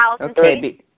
Okay